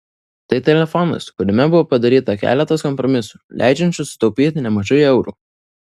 tai telefonas kuriame buvo padaryta keletas kompromisų leidžiančių sutaupyti nemažai eurų